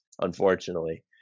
unfortunately